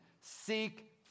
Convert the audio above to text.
seek